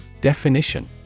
Definition